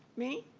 me?